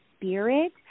Spirit